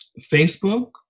Facebook